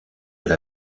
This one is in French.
elle